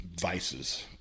vices